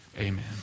Amen